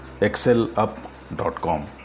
excelup.com